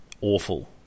awful